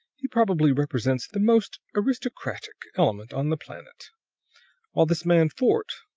he probably represents the most aristocratic element on the planet while this man fort,